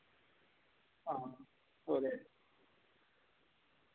हां ओह् ते है